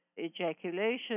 ejaculation